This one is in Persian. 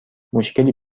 مشکلی